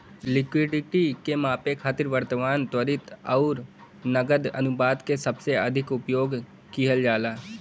liquidity के मापे खातिर वर्तमान, त्वरित आउर नकद अनुपात क सबसे अधिक उपयोग किहल जाला